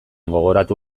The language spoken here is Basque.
gogoratu